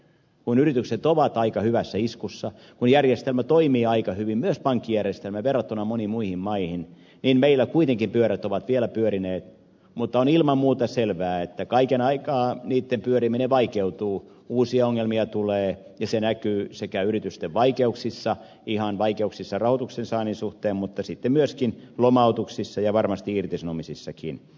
kun yritykset ovat aika hyvässä iskussa ja kun järjestelmä toimii aika hyvin myös pankkijärjestelmä verrattuna moniin muihin maihin niin meillä kuitenkin pyörät ovat vielä pyörineet mutta on ilman muuta selvää että kaiken aikaa niitten pyöriminen vaikeutuu uusia ongelmia tulee ja se näkyy yritysten vaikeuksissa ihan vaikeuksissa rahoituksen saannin suhteen mutta sitten myöskin lomautuksissa ja varmasti irtisanomisissakin